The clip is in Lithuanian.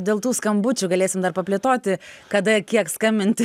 dėl tų skambučių galėsim dar paplėtoti kada ir kiek skambinti